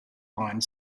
line